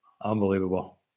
Unbelievable